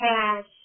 Cash